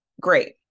great